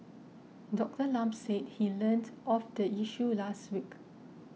Doctor Lam said he learnt of the issue last week